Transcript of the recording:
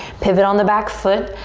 pivot on the back foot.